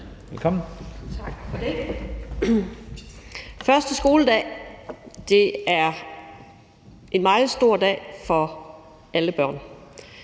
(V): Tak for det. Første skoledag er en meget stor dag for alle børn.